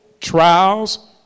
trials